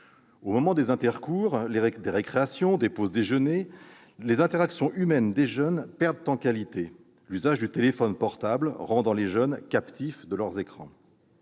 Au moment des intercours, des récréations, des pauses déjeuner, les interactions humaines des jeunes perdent en qualité, l'usage du téléphone portable les rendant captifs de leurs écrans.